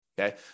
okay